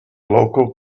local